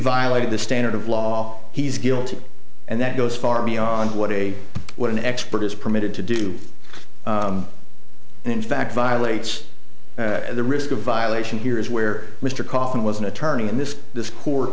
violated the standard of law he's guilty and that goes far beyond what a what an expert is permitted to do and in fact violates the risk of violation here is where mr kaufman was an attorney and this this